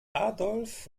adolf